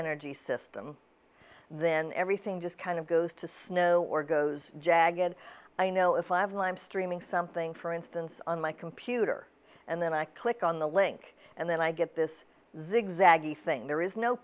energy system then everything just kind of goes to snow or goes jag and i know if i have lyme streaming something for instance on my computer and then i click on the link and then i get this zigzaggy thing there is no